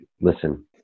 listen